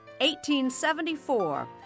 1874